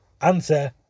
answer